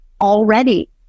already